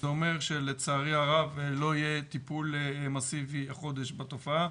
זה אומר שלצערי הרב לא יהיה טיפול מאסיבי החודש בתופעה.